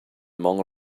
among